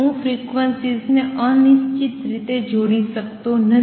હું ફ્રીક્વન્સીઝ ને અનિશ્ચિત રીતે જોડી શકતો નથી